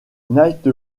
night